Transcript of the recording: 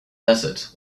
desert